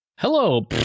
Hello